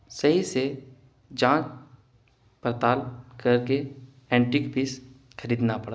صحیح سے جانچ پڑتال کر کے اینٹک پیس خریدنا پڑتا ہے